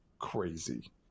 crazy